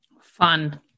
Fun